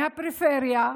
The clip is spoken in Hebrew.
מהפריפריה,